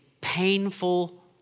painful